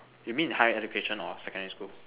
you mean higher education or secondary school